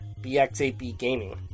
bxabgaming